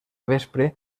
vespre